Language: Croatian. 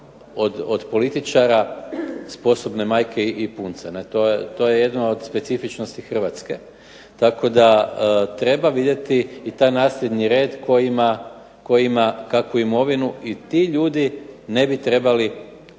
od političara sposobne majke i punce. To je jedna specifičnosti Hrvatske. Tako da treba vidjeti i taj nasljedni red tko ima kakvu imovinu i ti ljudi ne bi trebali